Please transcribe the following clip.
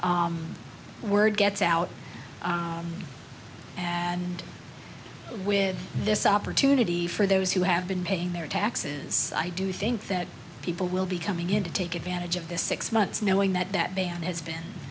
the word gets out and with this opportunity for those who have been paying their taxes i do think that people will be coming in to take advantage of this six months knowing that that ban has been